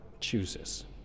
chooses